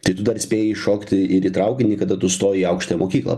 tai tu dar spėji įšokti ir į traukinį kada tu stoji į aukštąją mokyklą